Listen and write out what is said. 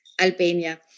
Albania